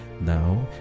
Now